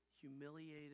humiliated